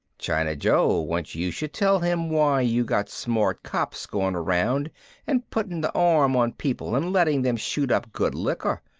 china joe wants you should tell him why you got smart cops going around and putting the arm on people and letting them shoot up good liquor.